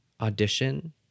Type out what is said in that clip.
audition